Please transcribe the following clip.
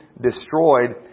destroyed